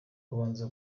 kubanza